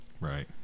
Right